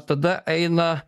tada eina